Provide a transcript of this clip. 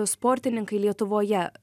sportininkai lietuvoje